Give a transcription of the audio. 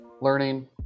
Learning